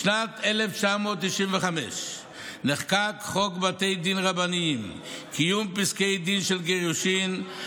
בשנת 1995 נחקק חוק בתי דין רבניים (קיום פסקי דין של גירושין),